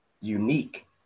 unique